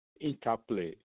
interplay